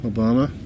Obama